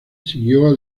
siguió